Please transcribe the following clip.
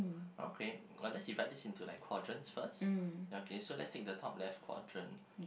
okay uh let's divide this into like quadrants first okay so let's take the top left quadrant